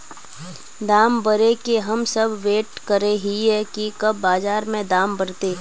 दाम बढ़े के हम सब वैट करे हिये की कब बाजार में दाम बढ़ते?